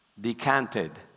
decanted